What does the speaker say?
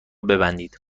ببندید